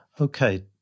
Okay